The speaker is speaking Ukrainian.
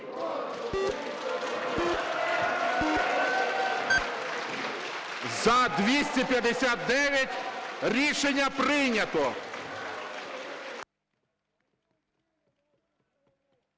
За-259 Рішення прийнято.